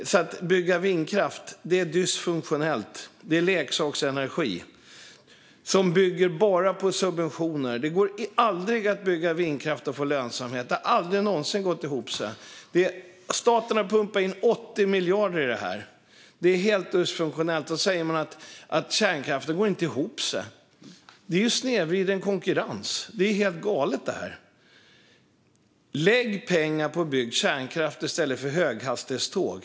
Vindkraft är alltså dysfunktionellt. Det är leksaksenergi som bygger enbart på subventioner. Det går aldrig att bygga vindkraft och få lönsamhet; det har aldrig någonsin gått ihop. Staten har pumpat in 80 miljarder i det här, men det är helt dysfunktionellt. Man säger att kärnkraften inte går ihop, men det är ju snedvriden konkurrens. Det är helt galet, det här. Lägg pengar på att bygga kärnkraft i stället för höghastighetståg!